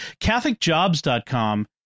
catholicjobs.com